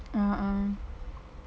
(uh huh)